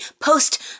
post